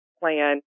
plan